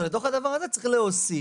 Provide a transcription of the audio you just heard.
לתוך הדבר הזה צריך להוסיף